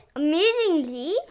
amazingly